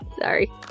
Sorry